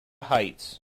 heights